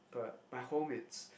but my home is but